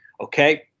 Okay